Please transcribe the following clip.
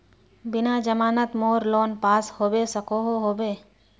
बिना जमानत मोर लोन पास होबे सकोहो होबे?